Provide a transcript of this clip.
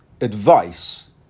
advice